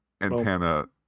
antenna